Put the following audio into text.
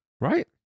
right